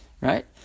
right